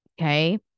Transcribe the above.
Okay